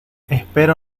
espera